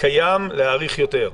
הקיים להאריך יותר.